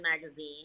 magazine